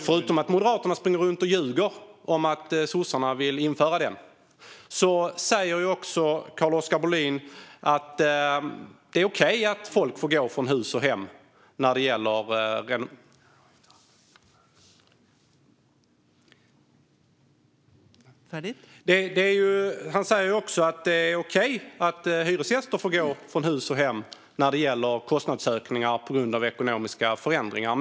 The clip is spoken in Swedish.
Förutom att Moderaterna springer runt och ljuger om att sossarna vill införa den säger Carl-Oskar Bohlin att det är okej att hyresgäster får gå från hus och hem när det gäller kostnadsökningar på grund av ekonomiska förändringar.